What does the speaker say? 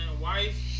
Wife